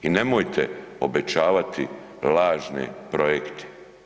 I nemojte obećavati lažni projekti.